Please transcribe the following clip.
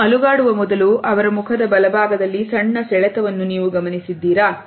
ಅವನು ಅಲುಗಾಡುವ ಮೊದಲು ಅವರ ಮುಖದ ಬಲಭಾಗದಲ್ಲಿ ಸಣ್ಣ ಸೆಳೆತವನ್ನು ನೀವು ಗಮನಿಸಿದ್ದೀರಾ